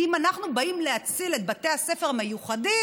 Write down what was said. כי אם אנחנו באים להציל את בתי הספר המיוחדים,